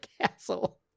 castle